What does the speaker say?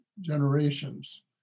generations